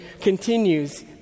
continues